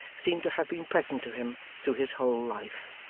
seemed to have been present to him through his whole life.